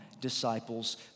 disciples